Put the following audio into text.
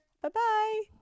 Bye-bye